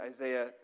Isaiah